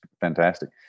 fantastic